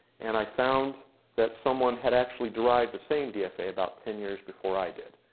and i found that someone had actually derived the same dfa about ten years before i did.